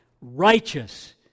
righteous